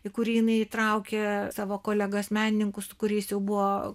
į kurį jinai įtraukė savo kolegas menininkus su kuriais jau buvo